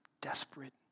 desperate